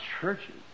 churches